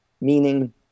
meaning